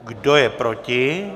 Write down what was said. Kdo je proti?